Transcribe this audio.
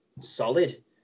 solid